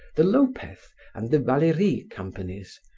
the lopez and the valery companies,